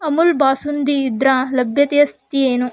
ಅಮುಲ್ ಬಾಸುಂದಿ ಇದರ ಲಭ್ಯತೆಯ ಸ್ಥಿತಿ ಏನು